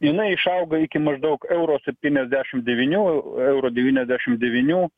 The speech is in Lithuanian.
jinai išauga iki maždaug euro septyniasdešim devynių eurų devyniasdešim devynių